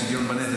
השוויון בנטל,